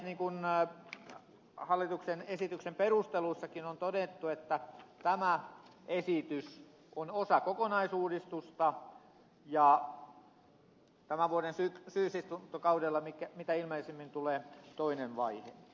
niin kuin hallituksen esityksen perusteluissakin on todettu tämä esitys on osa kokonaisuudistusta ja tämän vuoden syysistuntokaudella mitä ilmeisimmin tulee toinen vaihe